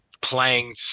playing